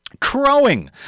crowing